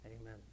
Amen